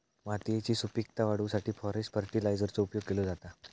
मातयेची सुपीकता वाढवूसाठी फाॅस्फेट फर्टीलायझरचो उपयोग केलो जाता